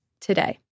today